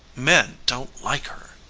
men don't like her.